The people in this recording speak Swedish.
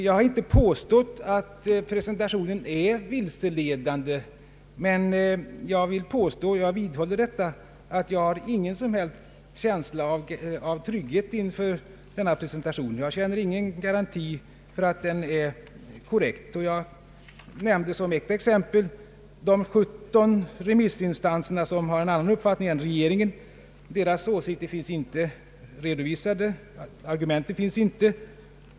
Jag har inte påstått att presentationen är vilseledande, men jag vidhåller mitt påstående att jag inte har någon som helst känsla av trygghet inför denna presentation. Jag känner ingen garanti för att den är korrekt. Jag nämnde som ett exempel att 17 remissinstanser har en annan uppfattning än regeringen. Deras åsikter och argument finns inte redovisade.